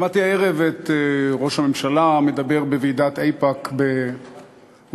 שמעתי הערב את ראש הממשלה מדבר בוועידת איפא"ק בוושינגטון.